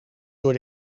door